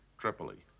tripoli.